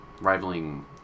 rivaling